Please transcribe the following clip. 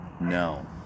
No